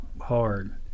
hard